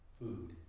food